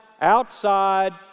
outside